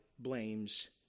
Blames